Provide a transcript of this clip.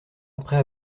après